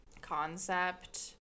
concept